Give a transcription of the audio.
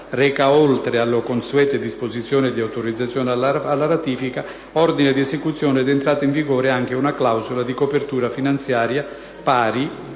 reca, oltre alle consuete disposizioni di autorizzazione alla ratifica, ordine di esecuzione ed entrata in vigore, anche una clausola di copertura finanziaria pari